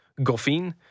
Goffin